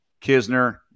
Kisner